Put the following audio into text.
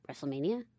WrestleMania